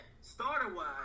starter-wise